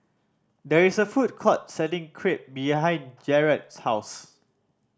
there is a food court selling Crepe behind Jarad's house